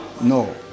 no